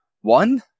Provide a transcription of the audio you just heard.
one